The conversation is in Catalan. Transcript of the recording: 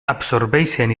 absorbeixen